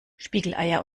spiegeleier